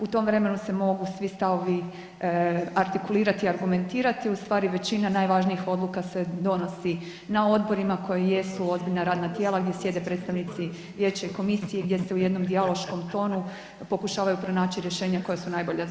U tom vremenu se mogu svi stavovi artikulirati i argumentirati, u stvari većina najvažnijih odluka se donosi na odborima koji jesu ozbiljna radna tijela gdje sjede predstavnici vijeća i komisije gdje se u jednom dijaloškom tonu pokušavaju pronaći rješenja koja su najbolja za sve.